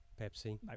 Pepsi